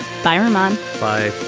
fireman. bye.